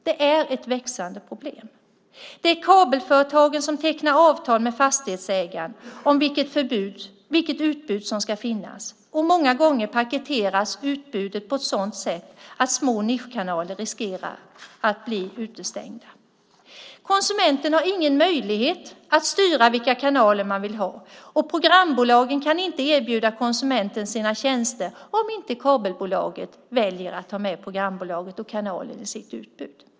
Det är ett växande problem. Det är kabelföretagen som tecknar avtal med fastighetsägaren om vilket utbud som ska finnas, och många gånger paketeras utbudet på ett sådant sätt att små nischkanaler riskerar att bli utestängda. Konsumenten har ingen möjlighet att styra vilka kanaler man vill ha, och programbolagen kan inte erbjuda konsumenten sina tjänster om inte kabelbolagen väljer att ta med programbolaget och kanalen i sitt utbud.